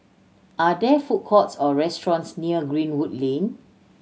are there food courts or restaurants near Greenwood Lane